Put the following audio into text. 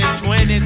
20